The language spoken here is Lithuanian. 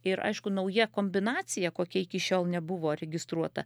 ir aišku nauja kombinacija kokia iki šiol nebuvo registruota